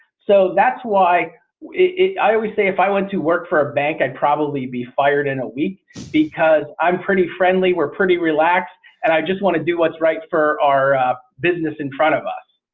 so that's why i always say if i went to work for a bank i'd probably be fired in a week because i'm pretty friendly we're pretty relaxed and i just want to do what's right for our business in front of us.